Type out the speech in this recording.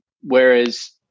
Whereas